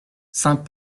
saint